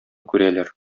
күрәләр